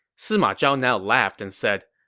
sima zhao now laughed and said,